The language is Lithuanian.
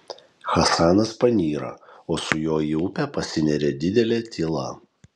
hasanas panyra o su juo į upę pasineria didelė tyla